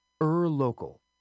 Ur-Local